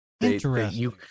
Interesting